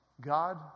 God